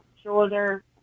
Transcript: shoulder